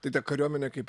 tai ta kariuomenė kaip